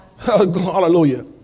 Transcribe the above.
Hallelujah